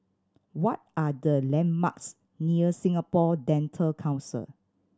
what are the landmarks near Singapore Dental Council